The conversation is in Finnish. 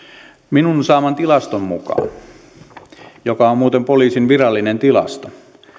minun saamani tilaston mukaan joka on muuten poliisin virallinen tilasto